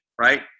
right